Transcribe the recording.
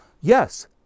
Yes